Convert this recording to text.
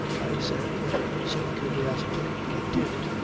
i said with some curiosity. i did.